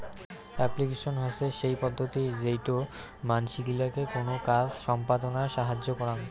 application হসে সেই পদ্ধতি যেইটো মানসি গিলাকে কোনো কাজ সম্পদনায় সাহায্য করং